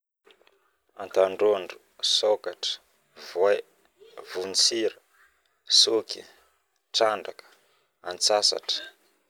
Antandrôndro, sokatra, voay, vontsira, antsasatra